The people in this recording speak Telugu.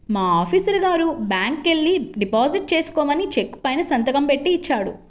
మా ఆఫీసరు గారు బ్యాంకుకెల్లి డిపాజిట్ చేసుకోమని చెక్కు పైన సంతకం బెట్టి ఇచ్చాడు